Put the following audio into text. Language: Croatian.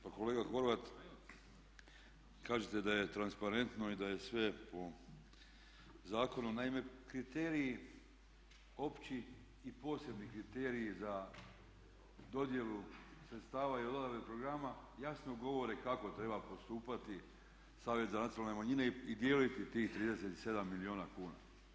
Pa kolega Horvat kažete da je transparentno i da je sve u ovom zakonu, naime kriteriji opći i posebni kriteriji za dodjelu sredstava i odabir programa jasno govore kako treba postupati Savjet za nacionalne manjine i dijeliti tih 37 milijuna kuna.